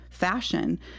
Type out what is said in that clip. fashion